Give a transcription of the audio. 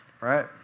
right